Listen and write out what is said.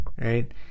right